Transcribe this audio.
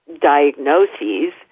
diagnoses